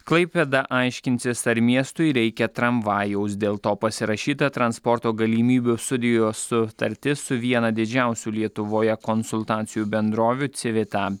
klaipėda aiškinsis ar miestui reikia tramvajaus dėl to pasirašyta transporto galimybių studijos sutartis su viena didžiausių lietuvoje konsultacijų bendrovių civita